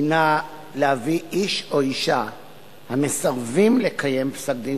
הינה להביא איש או אשה המסרבים לקיים פסק-דין